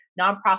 nonprofit